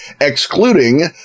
excluding